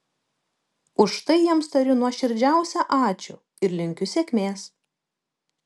už tai jiems tariu nuoširdžiausią ačiū ir linkiu sėkmės